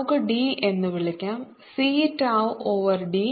നമുക്ക് d എന്ന് വിളിക്കാം c tau ഓവർ d